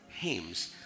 hymns